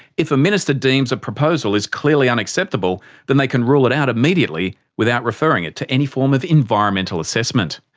if a minister deems a proposal is clearly unacceptable then they can rule it out immediately without referring it to any form of environmental assessment.